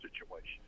situation